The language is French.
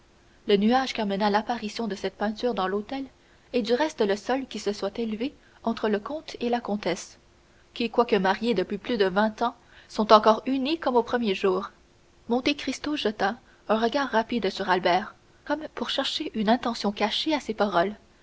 le nuage qu'amena l'apparition de cette peinture dans l'hôtel est du reste le seul qui se soit élevé entre le comte et la comtesse qui quoique mariés depuis plus de vingt ans sont encore unis comme au premier jour monte cristo jeta un regard rapide sur albert comme pour chercher une intention cachée à ses paroles